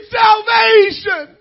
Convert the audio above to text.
salvation